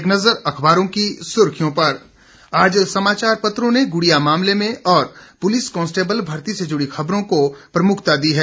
एक नज़र अखबारों की सुर्खियों पर आज समाचार पत्रों ने गुड़िया मामले और पुलिस कांस्टेबल भर्ती से जुड़ी खबरों को प्रमुखता दी है